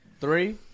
Three